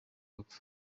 gupfa